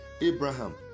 Abraham